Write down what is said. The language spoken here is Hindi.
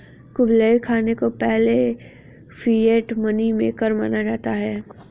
कुबलई खान को पहले फिएट मनी मेकर माना जाता है